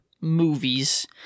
movies